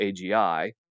AGI